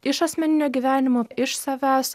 iš asmeninio gyvenimo iš savęs